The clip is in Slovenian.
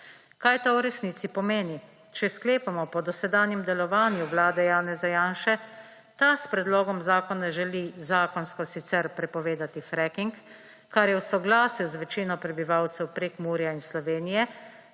Kaj to v resnici pomeni? Če sklepamo po dosedanjem delovanju vlade Janeza Janše, ta s predlogom zakona želi zakonsko sicer prepovedati fracking, kar je v soglasju z večino prebivalcev Prekmurja in Slovenije,